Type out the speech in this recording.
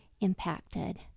impacted